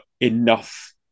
enough